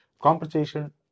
Compensation